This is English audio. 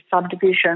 subdivision